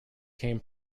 came